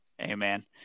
Amen